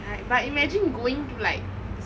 right but imagine going to like